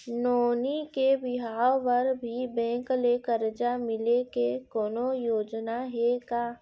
नोनी के बिहाव बर भी बैंक ले करजा मिले के कोनो योजना हे का?